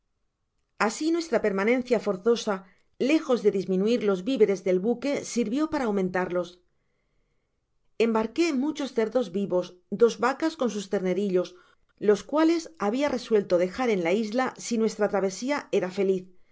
asi nuestra permanencia forzosa lejos de dismi nuir los víveres del buque sirvió para aumentarlos embarqué muchos cerdos vivos dos vacas con sus ternerillos las cuales habia resuelto dejar en la isla si nuestra travesía era feliz